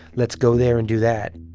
let's go there and do that.